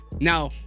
Now